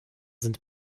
sind